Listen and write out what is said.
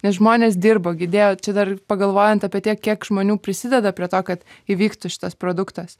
nes žmonės dirbo gi dėjo čia dar pagalvojant apie tiek kiek žmonių prisideda prie to kad įvyktų šitas produktas